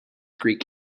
greek